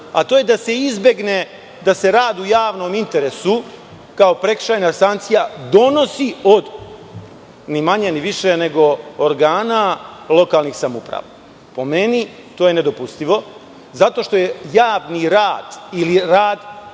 a to je da se izbegne da se rad u javnom interesu kao prekršajna sankcija donosi od, ni manje ni više, organa lokalnih samouprava. Po meni, to je nedopustivo zato što je javni rad ili rad